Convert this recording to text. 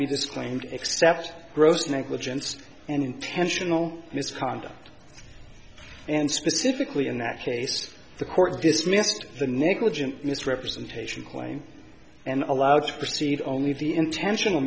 disclaimed except gross negligence and intentional misconduct and specifically in that case the court dismissed the negligent misrepresentation claim and allowed to proceed only the intentional